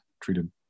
treated